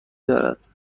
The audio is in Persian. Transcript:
دارد